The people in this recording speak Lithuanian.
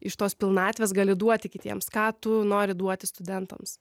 iš tos pilnatvės gali duoti kitiems ką tu nori duoti studentams